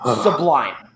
Sublime